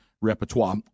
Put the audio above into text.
repertoire